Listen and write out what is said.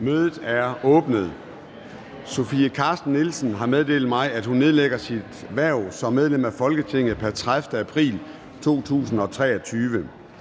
Mødet er åbnet. Sofie Carsten Nielsen (RV) har meddelt mig, at hun nedlægger sit hverv som medlem af Folketinget pr. 30. april 2023.